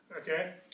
Okay